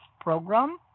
program